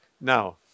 Now